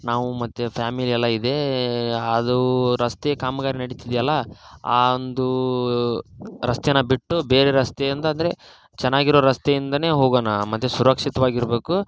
ನಾವು ಮತ್ತು ಫ್ಯಾಮಿಲಿ ಎಲ್ಲ ಇದೇ ಅದೂ ರಸ್ತೆ ಕಾಮಗಾರಿ ನಡಿತಿದೆಯಲ್ಲ ಆ ಒಂದು ರಸ್ತೆ ಬಿಟ್ಟು ಬೇರೆ ರಸ್ತೆಯಿಂದ ಅಂದರೆ ಚೆನ್ನಾಗಿರೋ ರಸ್ತೆಯಿಂದ ಹೋಗೋಣ ಮತ್ತು ಸುರಕ್ಷಿತವಾಗಿರ್ಬೇಕು